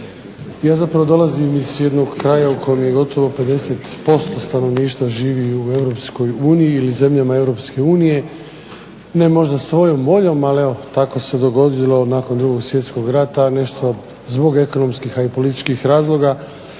Ja zapravo dolazim iz jednog kraja u kojem gotovo 50% stanovništva živi u Europskoj uniji ili zemljama Europske unije, ne možda svojom voljom ali eto tako se dogodilo nakon II. Svjetskog rata, nešto zbog ekonomskih i političkih razloga